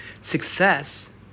Success